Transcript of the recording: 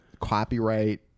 copyright